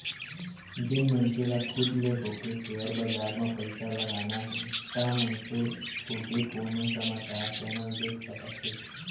जेन मनसे ल खुद ले होके सेयर बजार म पइसा लगाना हे ता मनसे रोजे कोनो समाचार चैनल देख सकत हे